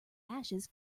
ashes